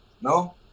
no